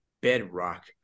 bedrock